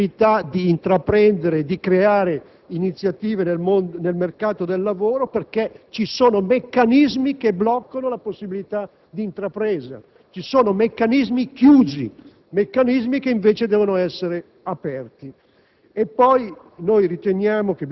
che non trovano la possibilità di intraprendere e di realizzare iniziative nel mercato del lavoro, perché ci sono meccanismi che bloccano la possibilità di intrapresa, dei meccanismi chiusi che invece devono essere aperti.